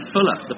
Fuller